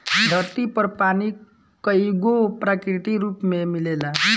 धरती पर पानी कईगो प्राकृतिक रूप में मिलेला